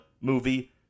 movie